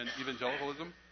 Evangelicalism